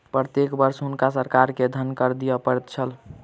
प्रत्येक वर्ष हुनका सरकार के धन कर दिअ पड़ैत छल